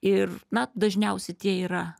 ir na dažniausi tie yra